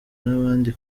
n’abandi